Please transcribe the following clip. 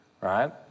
right